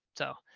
so,